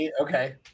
Okay